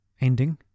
ending